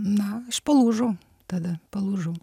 na aš palūžau tada palūžau